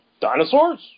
dinosaurs